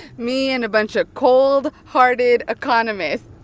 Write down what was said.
me and a bunch of cold-hearted economists